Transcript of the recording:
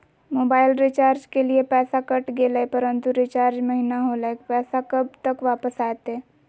Mobile recharge के लिए पैसा कट गेलैय परंतु रिचार्ज महिना होलैय, पैसा कब तक वापस आयते?